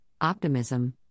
optimism